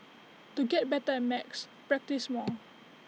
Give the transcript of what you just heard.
to get better at maths practise more